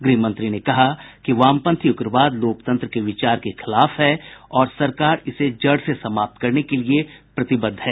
गृहमंत्री ने कहा कि वामपंथी उग्रवाद लोकतंत्र के विचार के खिलाफ है और सरकार इसे जड़ से समाप्त करने के लिए प्रतिबद्ध है